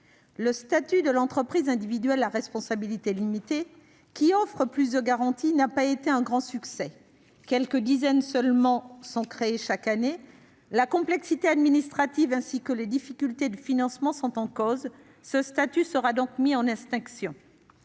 Le statut de l'entrepreneur individuel à responsabilité limitée, qui offre plus de garanties, n'a pas été un grand succès. Quelques dizaines d'entreprises seulement sont ainsi créées chaque année- la complexité administrative et les difficultés de financement sont en cause. Ce statut sera donc mis en extinction.